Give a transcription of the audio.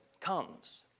comes